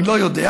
אני לא יודע,